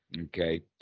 okay